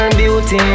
beauty